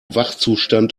wachzustand